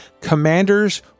commanders